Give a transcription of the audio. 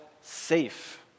safe